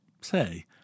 say